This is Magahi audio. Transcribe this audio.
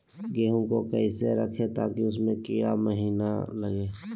गेंहू को कैसे रखे ताकि उसमे कीड़ा महिना लगे?